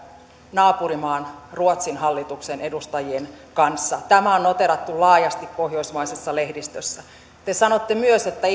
naapurimaan ruotsin hallituksen edustajien kanssa tämä on noteerattu laajasti pohjoismaisessa lehdistössä te sanotte myös että